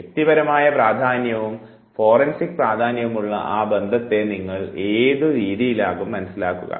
വ്യക്തിപരമായ പ്രാധാന്യവും ഫോറൻസിക് പ്രാധാന്യവുമുള്ള ആ ബന്ധത്തെ നിങ്ങൾ ഏതു രീതിയിലാകും മനസ്സിലാക്കുക